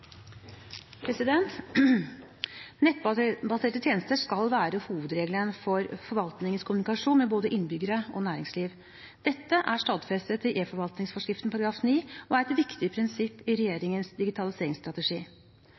tjenester skal være hovedregelen for forvaltningens kommunikasjon med både innbyggere og næringsliv. Dette er stadfestet i eForvaltningsforskriften § 9 og er et viktig prinsipp i regjeringens digitaliseringsstrategi.